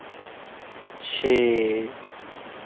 छे